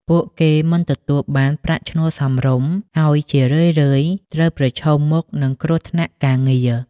ពួកគេមិនទទួលបានប្រាក់ឈ្នួលសមរម្យ ហើយជារឿយៗត្រូវប្រឈមមុខនឹងគ្រោះថ្នាក់ការងារ។